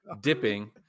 dipping